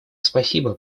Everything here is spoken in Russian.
спасибо